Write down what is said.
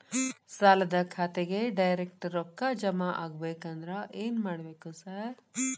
ಸಾಲದ ಖಾತೆಗೆ ಡೈರೆಕ್ಟ್ ರೊಕ್ಕಾ ಜಮಾ ಆಗ್ಬೇಕಂದ್ರ ಏನ್ ಮಾಡ್ಬೇಕ್ ಸಾರ್?